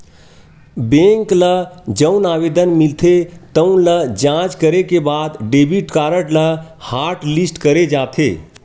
bank ल जउन आवेदन मिलथे तउन ल जॉच करे के बाद डेबिट कारड ल हॉटलिस्ट करे जाथे